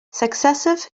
successive